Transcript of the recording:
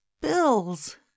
bills